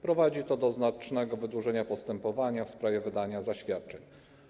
Prowadzi to do znacznego wydłużenia postępowania w sprawie wydania zaświadczenia.